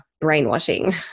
brainwashing